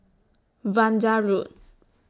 Vanda Road